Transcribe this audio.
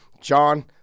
John